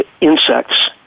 insects